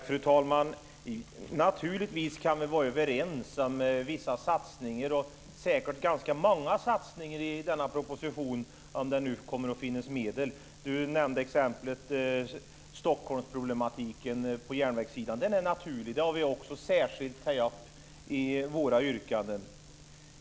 Fru talman! Naturligtvis kan vi vara överens om vissa satsningar, och säkert ganska många satsningar, i denna proposition, om det nu kommer att finnas medel. Jarl Lander nämnde exemplet Stockholmsproblematiken på järnvägssidan. Den är naturlig. Den har vi också tagit upp i våra yrkanden.